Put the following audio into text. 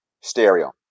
stereo